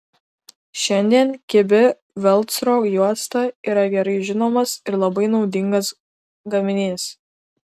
šiandien kibi velcro juosta yra gerai žinomas ir labai naudingas gaminys